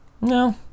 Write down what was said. No